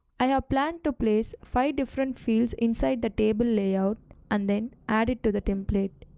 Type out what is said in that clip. i have plan to place five different fields inside the table layout and then add it to the template.